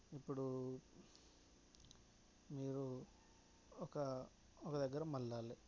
ఇప్పుడూ మీరు ఒక ఒక దగ్గర మల్లాలి